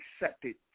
accepted